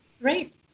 Great